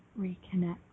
Reconnect